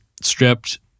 stripped